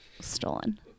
stolen